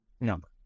number